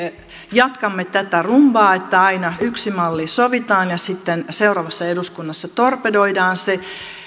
jatkamme tätä rumbaa että aina yksi malli sovitaan ja sitten seuraavassa eduskunnassa torpedoidaan se